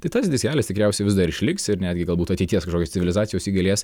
tai tas diskelis tikriausiai vis dar išliks ir netgi galbūt ateities kažkokios civilizacijos jį galės